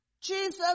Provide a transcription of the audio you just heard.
Jesus